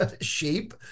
sheep